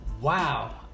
Wow